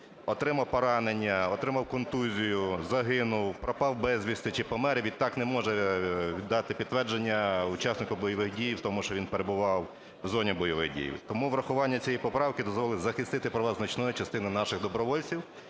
отримав поранення, отримав контузію, загинув, пропав безвісти чи помер, відтак не може дати підтвердження учаснику бойових дій в тому, що він перебував з зоні бойових дій. Тому врахування цієї поправки дозволить захистити права значної частини наших добровольців.